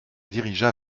dirigea